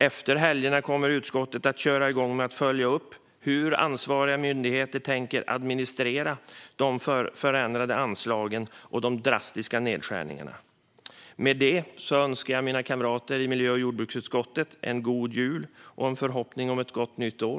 Efter helgerna kommer utskottet att köra igång med att följa upp hur ansvariga myndigheter tänker administrera de förändrade anslagen och de drastiska nedskärningarna. Med detta önskar jag mina kamrater i miljö och jordbruksutskottet en god jul och ett gott nytt år.